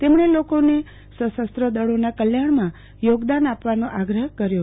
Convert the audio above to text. તેમણે લોકોને સશસ્ત્ર દળોના કલ્યાણમાં યોગદાન આપવાનો આગ્રહ કર્યો છે